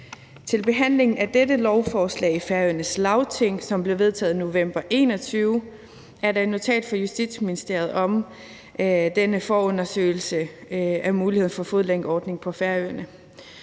Til behandlingen af dette lovforslag i Færøernes Lagting, som blev vedtaget i november 2021, er der et notat fra Justitsministeriet om denne forundersøgelse af muligheden for fodlænkeordning på Færøerne.